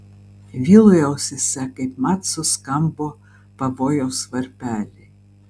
vilui ausyse kaipmat suskambo pavojaus varpeliai